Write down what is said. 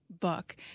book